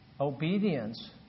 obedience